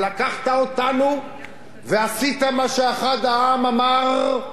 ולקחת אותנו ועשית מה שאחד העם אמר,